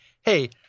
hey